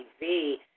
TV